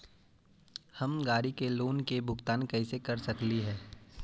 हम गाड़ी के लोन के भुगतान कैसे कर सकली हे?